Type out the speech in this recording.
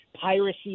Piracy